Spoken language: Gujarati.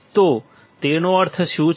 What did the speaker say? તો તેનો અર્થ શું છે